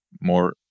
more